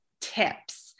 tips